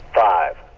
five,